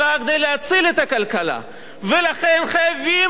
ולכן חייבים לתמוך בתוכנית הזאת, תוכנית המיסוי.